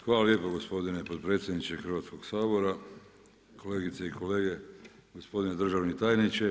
Hvala lijepa gospodine potpredsjedniče Hrvatskog sabora, kolegice i kolege, gospodine državni tajniče.